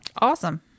Awesome